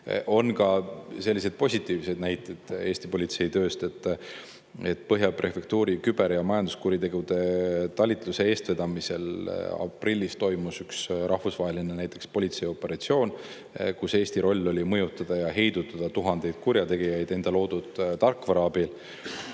On ka positiivseid näiteid Eesti politsei tööst. Põhja prefektuuri küber- ja majanduskuritegude talituse eestvedamisel toimus aprillis näiteks üks rahvusvaheline politseioperatsioon, kus Eesti roll oli mõjutada ja heidutada tuhandeid kurjategijaid enda loodud tarkvara abil.